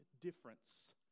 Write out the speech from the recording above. difference